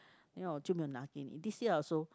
then 我就没有拿给你 this year also